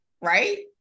right